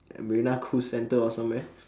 marina cruise centre or somewhere